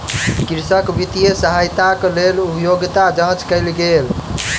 कृषक वित्तीय सहायताक लेल योग्यता जांच कयल गेल